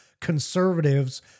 conservatives